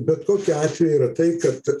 bet kokiu atveju yra tai kad